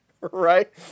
Right